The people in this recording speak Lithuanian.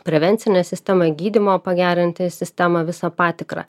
prevencinė sistema gydymo pagerinti sistemą visą patikrą